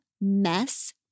Mess